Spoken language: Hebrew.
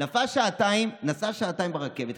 נסעה שעתיים ברכבת,